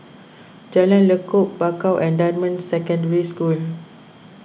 Jalan Lekub Bakau and Dunman Secondary School